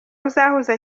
uzahuza